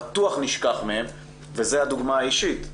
בטוח נשכח מהם וזו הדוגמה האישית.